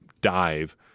dive